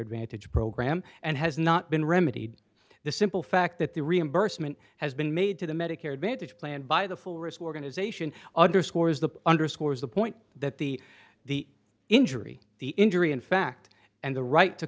advantage program and has not been remedied the simple fact that the reimbursement has been made to the medicare advantage plan by the full risk or going to zation underscores the underscores the point that the the injury the injury in fact and the right to